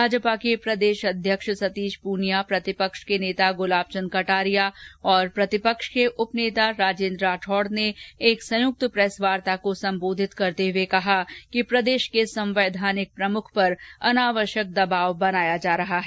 भाजपा के प्रदेश अध्यक्ष सतीश पूनिया प्रतिपक्ष के नेता गुलाब चंद कटारिया और प्रतिपक्ष के उप नेता राजेंद्र राठौड ने एक संयुक्त प्रेस वार्ता को संबोधित करते हुए कहा कि प्रदेश के संवैधानिक प्रमुख पर अनावश्यक दबाव बनाया जा रहा है